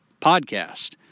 podcast